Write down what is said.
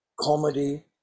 comedy